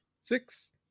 six